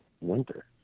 winter